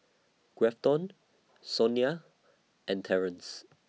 Grafton Sonya and Terance